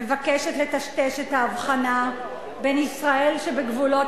מבקשת לטשטש את ההבחנה בין ישראל שבגבולות